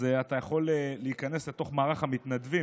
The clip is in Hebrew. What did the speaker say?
אז אתה יכול להיכנס לתוך מערך המתנדבים,